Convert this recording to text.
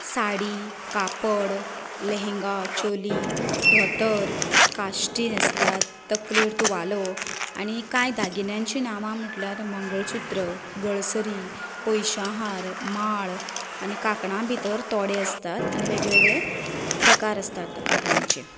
साडी कापड लेहेंगा चोली धोतर काश्टी न्हेसतात तकलेर तुवालो आनी कांय दागिन्यांचीं नांवां म्हणल्यार मंगळसुत्र गळसरी पयश्या हार माळ आनी कांकणां भितर तोडे आसतात आनी वेगवेगळे प्रकार आसतात कांकणांचें